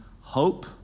hope